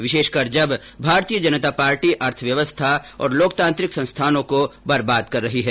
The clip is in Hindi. विशेषकर जब भारतीय जनता पार्टी अर्थव्यवस्था और लोकतांत्रिक संस्थानों का बर्बाद कर रही है